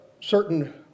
certain